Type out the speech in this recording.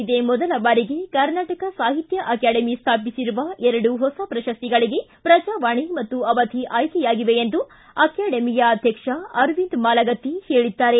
ಇದೇ ಮೊದಲ ಬಾರಿಗೆ ಕರ್ನಾಟಕ ಸಾಹಿತ್ಯ ಅಕಾಡೆಮಿ ಸ್ಮಾಪಿಸಿರುವ ಎರಡು ಹೊಸ ಪ್ರಶಸ್ತಿಗಳಿಗೆ ಪ್ರಜಾವಾಣಿ ಮತ್ತು ಅವಧಿ ಆಯ್ಕೆಯಾಗಿವೆ ಎಂದು ಅಕಾಡೆಮಿಯ ಅಧ್ಯಕ್ಷ ಅರವಿಂದ ಮಾಲಗತ್ತಿ ಹೇಳಿದ್ದಾರೆ